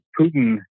Putin